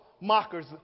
mockers